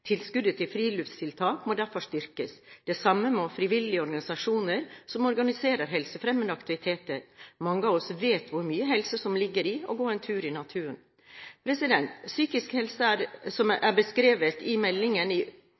Tilskuddet til friluftstiltak må derfor styrkes. Det samme må frivillige organisasjoner som organiserer helsefremmende aktiviteter. Mange av oss vet hvor mye helse som ligger i å gå en tur i naturen. Psykisk helse er – som beskrevet i meldingen – i